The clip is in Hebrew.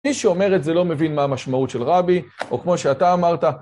מי שאומר את זה לא מבין מה המשמעות של רבי, או כמו שאתה אמרת.